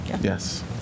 yes